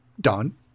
Done